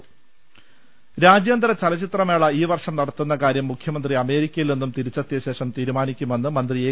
ൾ ൽ ൾ രാജ്യാന്തര ചലച്ചിത്രമേള ഈ വർഷം നടത്തുന്ന കാര്യം മുഖ്യമന്ത്രി അമേരിക്കയിൽ നിന്നും തിരിച്ചെത്തിയ ശേഷം തീരുമാനിക്കുമെന്ന് മന്ത്രി ഏ